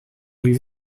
rue